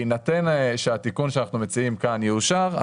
בהינתן שהתיקון שאנחנו מציעים כאן יאושר,